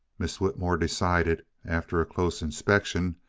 miss whitmore decided, after a close inspection,